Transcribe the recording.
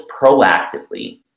proactively